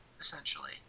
essentially